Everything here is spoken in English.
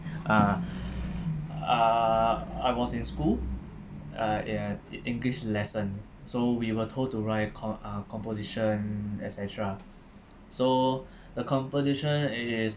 ah uh I was in school uh in english lesson so we were told to write com~ uh composition et cetera so the composition is